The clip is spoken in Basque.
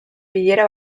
bilera